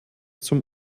zum